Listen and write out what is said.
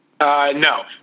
No